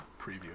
preview